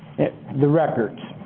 the records.